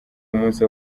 umunsi